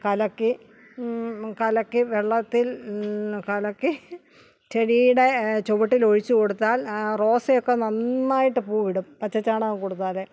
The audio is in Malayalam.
കലക്കി കലക്കി വെള്ളത്തില് കലക്കി ചെടിയുടെ ചുവട്ടിലൊഴിച്ച് കൊടുത്താൽ റോസയൊക്കെ നന്നായിട്ട് പൂവിടും പച്ചച്ചാണകം കൊടുത്താൽ